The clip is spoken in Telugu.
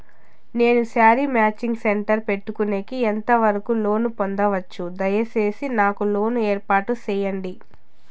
నేను శారీ మాచింగ్ సెంటర్ పెట్టుకునేకి ఎంత వరకు లోను పొందొచ్చు? దయసేసి నాకు లోను ఏర్పాటు సేయండి?